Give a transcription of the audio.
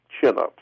chin-ups